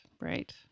right